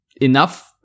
enough